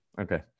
Okay